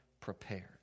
prepared